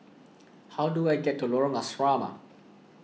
how do I get to Lorong Asrama